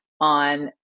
on